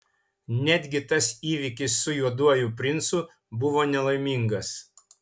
netgi tas įvykis su juoduoju princu buvo nelaimingas